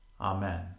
Amen